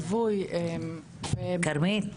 ליווי -- כרמית,